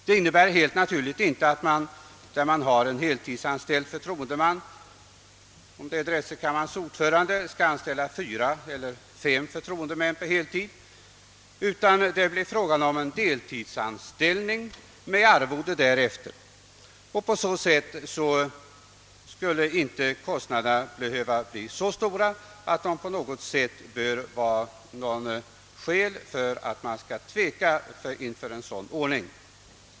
Det innebär helt naturligt inte att man där man har en heltidsanställd förtroendeman — det kan t.ex. röra sig om drätselkammarens ordförande — skall anställa fyra eller fem förtroendemän på heltid, utan där blir det fråga om deltidsanställning med arvode därefter. På så sätt skulle kostnaderna inte behöva bli så stora att det bör vara något skäl för att man skall tveka inför en sådan ordning.